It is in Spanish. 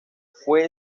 fue